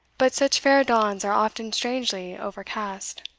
but such fair dawns are often strangely overcast.